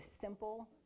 simple